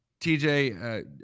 TJ